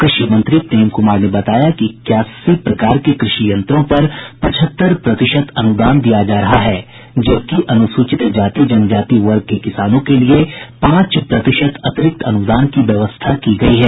कृषि मंत्री प्रेम कुमार ने बताया कि इक्यासी प्रकार के कृषि यंत्रों पर पचहत्तर प्रतिशत अनुदान दिया जा रहा है जबकि अनुसूचित जाति जनजाति वर्ग के किसानों के लिए पांच प्रतिशत अतिरिक्त अनुदान की व्यवस्था की गयी है